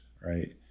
right